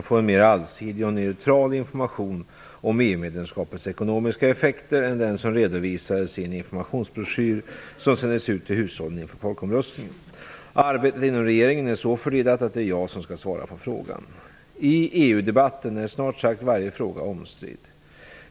Herr talman! Johan Lönnroth har frågat utrikesministern om regeringen avser att ta några initiativ för att allmänheten skall få en mer allsidig och neutral information om EU-medlemskapets ekonomiska effekter än den som redovisades i en informationsbroschyr som sändes ut till hushållen inför folkomröstningen. Arbetet inom regeringen är så fördelat att det är jag som skall svara på frågan. I EU-debatten är snart sagt varje fråga omstridd.